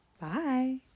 Bye